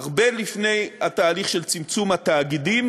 הרבה לפני התהליך של צמצום מספר התאגידים.